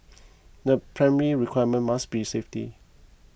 the primary requirement must be safety